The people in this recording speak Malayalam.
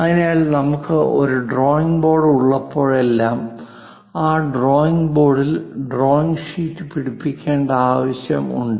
അതിനാൽ നമുക്ക് ഒരു ഡ്രോയിംഗ് ബോർഡ് ഉള്ളപ്പോഴെല്ലാം ആ ഡ്രോയിംഗ് ബോർഡിൽ ഡ്രോയിംഗ് ഷീറ്റ് പിടിപ്പിക്കേണ്ട ആവശ്യം ഉണ്ട്